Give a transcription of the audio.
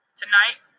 tonight